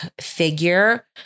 figure